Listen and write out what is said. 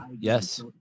Yes